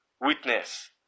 Witness